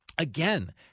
Again